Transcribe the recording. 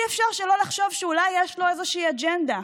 אי-אפשר שלא לחשוב שאולי יש לו איזושהי אג'נדה.